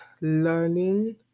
learning